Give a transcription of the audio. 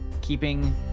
keeping